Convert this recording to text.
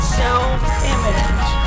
self-image